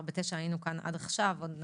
בתשע כבר היינו כאן עד עכשיו ועוד נמשיך,